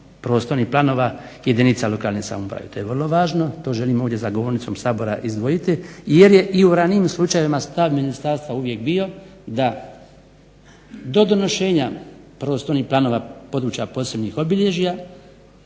prostornih planova jedinica lokalne samouprave. To je vrlo važno, to želim ovdje za govornicom Sabora izdvojiti jer je u ranijim slučajevima stav Ministarstva uvijek bio da do donošenja prostornih planova područja posebnih obilježja